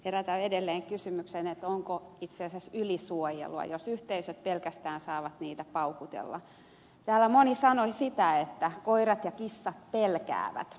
herätän edelleen kysymyksen onko itse asiassa ylisuojelua jos yhteisöt pelkästään saavat niitä paukutella täällä moni sanoi sitä että koirat ja kissat pelkäävät